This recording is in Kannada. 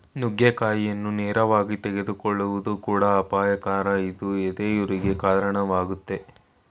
ನುಗ್ಗೆಕಾಯಿಯನ್ನು ನೇರವಾಗಿ ತೆಗೆದುಕೊಳ್ಳುವುದು ಕೂಡ ಅಪಾಯಕರ ಇದು ಎದೆಯುರಿಗೆ ಕಾಣವಾಗ್ತದೆ